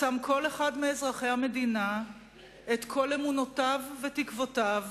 שם כל אחד מאזרחי המדינה את כל אמונותיו ותקוותיו